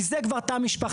כי זה כבר תא משפחתי.